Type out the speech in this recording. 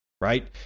right